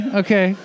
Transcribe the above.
okay